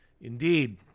Indeed